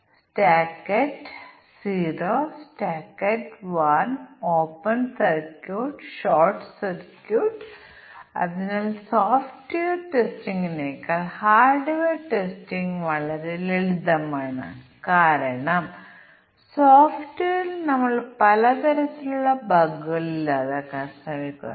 നിക്ഷേപം 1 ലക്ഷത്തിൽ കൂടുതലാണെങ്കിൽ അത് 1 വർഷത്തിൽ താഴെയാണെങ്കിൽ അത് 7 ശതമാനം ഉത്പാദിപ്പിക്കുന്നു അത് കുറവാണെങ്കിൽ അതിനാൽ c4 നോക്കേണ്ടതുണ്ട് c4 എനിക്ക് തോന്നുന്നത് ഇത് 1 ലക്ഷത്തിൽ താഴെയാണ് ഇത് 1 മുതൽ 3 വർഷം വരെയാണ് ഇത് 7 ശതമാനം ഉത്പാദിപ്പിക്കുന്നു